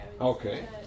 Okay